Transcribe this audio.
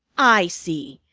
i see!